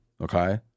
okay